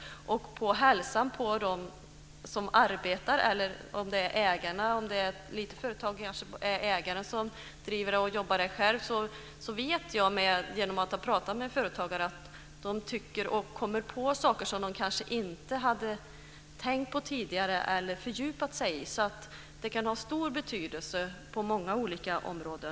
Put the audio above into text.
Det kan också gälla hälsan hos dem som arbetar eller hos ägarna - om det är litet företag kanske det är ägaren som driver det och som jobbar där själv. Jag vet, genom att jag har pratat med företagare, att de kommer på saker som de kanske inte hade tänkt på tidigare eller fördjupat sig i. Det kan alltså ha stor betydelse på många olika områden.